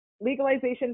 legalization